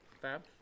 fab